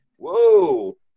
Whoa